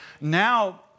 Now